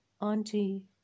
Auntie